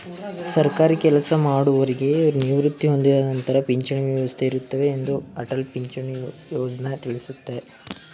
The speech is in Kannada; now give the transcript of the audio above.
ಸರ್ಕಾರಿ ಕೆಲಸಮಾಡೌರಿಗೆ ನಿವೃತ್ತಿ ಹೊಂದಿದ ನಂತರ ಪಿಂಚಣಿ ವ್ಯವಸ್ಥೆ ಇರುತ್ತೆ ಎಂದು ಅಟಲ್ ಪಿಂಚಣಿ ಯೋಜ್ನ ತಿಳಿಸುತ್ತೆ